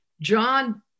John